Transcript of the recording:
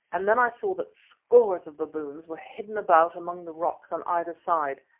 and then i saw that scores of baboons were hidden about among the rocks on either side,